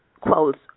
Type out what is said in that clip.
quotes